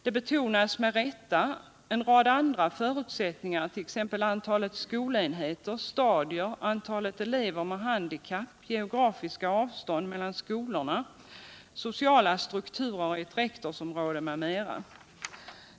Det betonas med rätta en rad andra förutsättningar, 1. ex. antalet skolenheter, stadier, antalet olover med handikapp. geografiska avstånd metan skolorna, soctala strukturer i ett rektorsområde m.m.